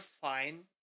fine